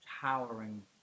towering